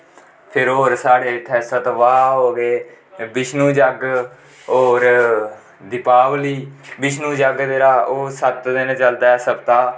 फिर होर साढ़े इत्थै सप्ताह् होग बिश्नु यग होर दिपावली बिश्नु यग ते ओह् सत्त दिन चलदा ऐ सप्ताह्